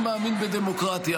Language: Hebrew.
אני מאמין בדמוקרטיה.